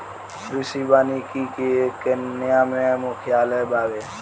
कृषि वानिकी के केन्या में मुख्यालय बावे